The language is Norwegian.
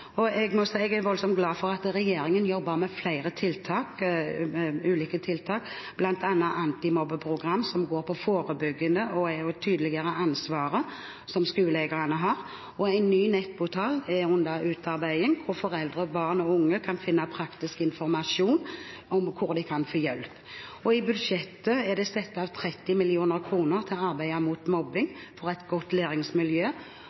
Jeg er voldsomt glad for at regjeringen jobber med flere ulike tiltak, bl.a. et antimobbeprogram, som går på forebygging og å tydeliggjøre ansvaret som skoleeierne har. En ny nettportal er under utarbeiding. Der kan foreldre, barn og unge finne praktisk informasjon om hvor de kan få hjelp. I budsjettet er det satt av 30 mill. kr til arbeid mot mobbing, for et godt læringsmiljø.